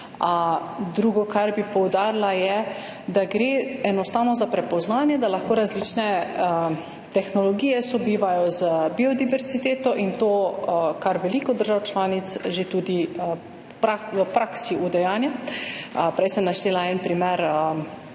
Drugo, kar bi poudarila, je, da gre enostavno za prepoznanje, da lahko različne tehnologije sobivajo z biodiverziteto, kar veliko držav članic že udejanja tudi v praksi. Prej sem naštela en primer